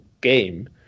game